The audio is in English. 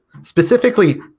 Specifically